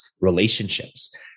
relationships